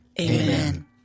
Amen